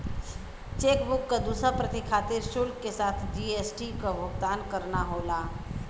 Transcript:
chequebook क दूसर प्रति के खातिर शुल्क के साथ जी.एस.टी क भुगतान करना होला